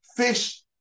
fish